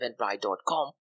eventbrite.com